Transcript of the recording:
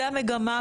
זו המגמה,